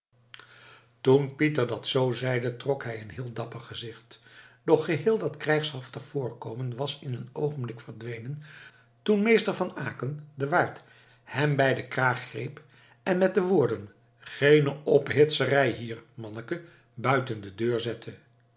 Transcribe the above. toen pieter dat zoo zeide trok hij een heel dapper gezicht doch geheel dat krijgshaftig voorkomen was in een oogenblik verdwenen toen meester van aecken de waard hem bij den kraag greep en met de woorden geene ophitserij hier manneke buiten de deur zette